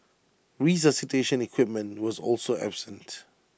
resuscitation equipment was also absent